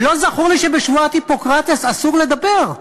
ולא זכור לי שלפי שבועת היפוקרטס אסור לדבר,